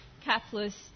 capitalist